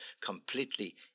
completely